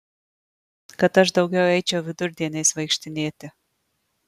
kad aš daugiau eičiau vidurdieniais vaikštinėti